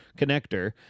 connector